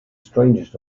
strangeness